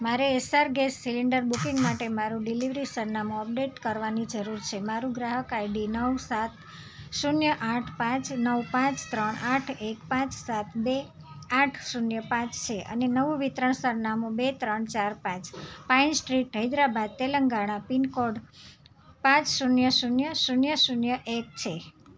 મારે Essar gas cylinder booking માટે મારો ડિલેવરી સરનામું અપડેટ કરવાની જરૂર છે મારુ ગ્રાહક આઈડી નવ સાત શૂન્ય આઠ પાંચ નવ પાંચ ત્રણ આઠ એક પાંચ સાત બે આઠ શૂન્ય પાંચ છે અને નવું વિતરણ સરનામું બે ત્રણ ચાર પાંચ Pine Street Hyderabad Telangana pin code પાંચ શૂન્ય શૂન્ય શૂન્ય શૂન્ય એક છે